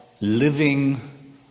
living